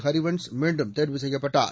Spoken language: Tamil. ஹரிவன்ஷ் மீண்டும் தேர்வு செய்யப்பட்டார்